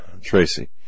Tracy